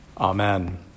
Amen